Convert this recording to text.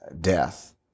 death